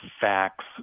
facts